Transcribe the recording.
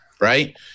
Right